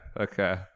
okay